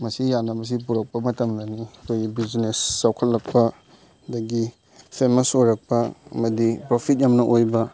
ꯃꯁꯤ ꯌꯥꯅꯕꯁꯤ ꯄꯨꯔꯛꯄ ꯃꯇꯝꯗꯅꯤ ꯑꯩꯈꯣꯏ ꯕꯤꯖꯤꯅꯦꯁ ꯆꯥꯎꯈꯠꯂꯛꯄ ꯑꯗꯒꯤ ꯐꯦꯃꯁ ꯑꯣꯏꯔꯛꯄ ꯑꯃꯗꯤ ꯄ꯭ꯔꯣꯐꯤꯠ ꯌꯥꯝꯅ ꯑꯣꯏꯕ